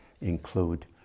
include